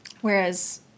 Whereas